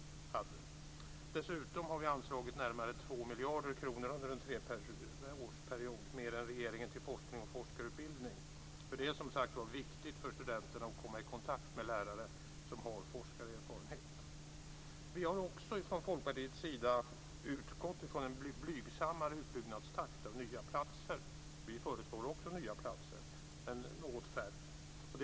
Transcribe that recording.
Dessutom har vi under en treårsperiod anslagit närmare 2 miljarder kronor mer än vad regeringen anslagit till forskning och forskarutbildning, för det är som sagt var viktigt för studenterna att komma i kontakt med lärare som har forskarerfarenhet. Vi har också från Folkpartiets sida utgått från en blygsammare takt i utbyggnaden av nya platser. Vi föreslår också nya platser, men något färre.